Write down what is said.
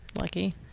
lucky